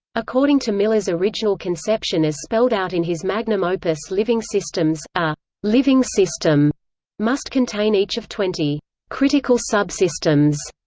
according to miller's original conception as spelled out in his magnum opus living systems, a living system must contain each of twenty critical subsystems,